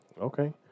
Okay